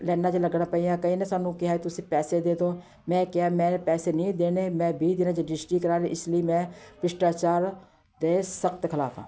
ਲਾਇਨਾਂ 'ਚ ਲੱਗਣਾ ਪਿਆ ਕਈਆਂ ਨੇ ਸਾਨੂੰ ਕਿਹਾ ਤੁਸੀਂ ਪੈਸੇ ਦੇ ਦਿਉ ਮੈਂ ਕਿਹਾ ਮੈਂ ਪੈਸੇ ਨਹੀਂ ਦੇਣੇ ਮੈਂ ਵੀਹ ਦਿਨਾਂ 'ਚ ਰਜਿਸਟਰੀ ਕਰਵਾ ਲਈ ਇਸ ਲਈ ਮੈਂ ਭ੍ਰਿਸ਼ਟਾਚਾਰ ਦੇ ਸਖ਼ਤ ਖਿਲਾਫ਼ ਹਾਂ